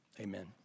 amen